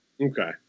Okay